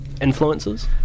influences